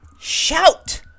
shout